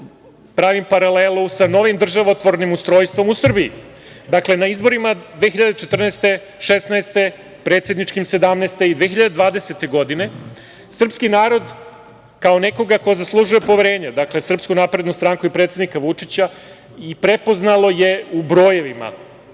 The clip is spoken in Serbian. pravim paralelu sa novim državotvornim ustrojstvom u Srbiji. Dakle, na izborima 2014, 2016, predsedničkim 2017, i 2020. godine, srpski narod, kao nekoga ko zaslužuje poverenje, dakle, SNS i predsednika Vučića, prepoznalo je u brojevima,